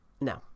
no